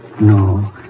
No